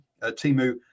Timu